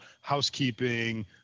housekeeping